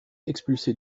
expulsé